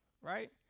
right